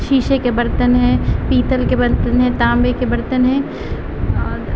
شیشے کے برتن ہیں پیتل کے برتن ہیں تانبے کے برتن ہیں اور